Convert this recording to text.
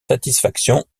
satisfaction